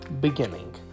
beginning